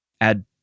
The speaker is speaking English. add